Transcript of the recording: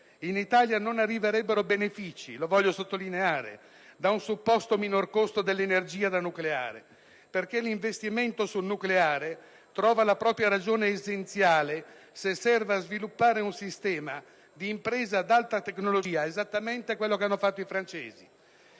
- non arriverebbero benefici da un supposto minor costo dell'energia da nucleare, perché l'investimento sul nucleare trova la propria ragione essenziale se serve a sviluppare un sistema di imprese ad alta tecnologia, esattamente come hanno fatto i francesi,